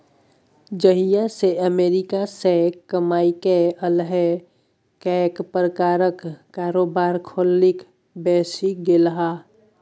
जहिया सँ अमेरिकासँ कमाकेँ अयलाह कैक प्रकारक कारोबार खेलिक बैसि गेलाह